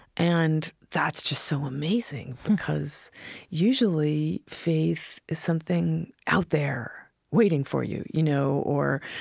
and that's just so amazing, because usually faith is something out there waiting for you, you know? or,